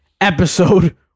episode